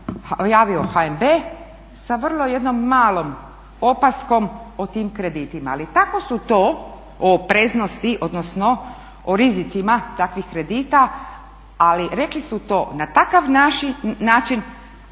HNB sa vrlo jednom malom opaskom o tim kreditima. Ali tako su to o opreznosti odnosno o rizicima takvih kredita, ali rekli su to na takav način